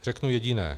Řeknu jediné.